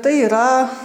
tai yra